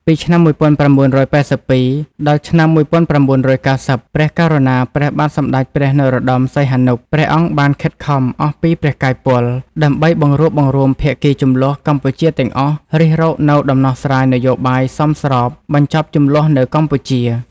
ពីឆ្នាំ១៩៨២ ដល់ ឆ្នាំ១៩៩០ ព្រះករុណាព្រះបាទសម្តេចព្រះនរោត្តម សីហនុ ព្រះអង្គ បានខិតខំអស់ពីព្រះកាយពល ដើម្បីបង្រួបបង្រួមភាគីជម្លោះកម្ពុជាទាំងអស់រិះរកនូវដំណោះ ស្រាយនយោបាយសមស្របបញ្ចប់ជម្លោះនៅកម្ពុជា។